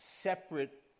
separate